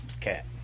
cat